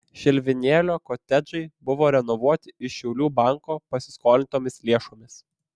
žilvinėlio kotedžai buvo renovuoti iš šiaulių banko pasiskolintomis lėšomis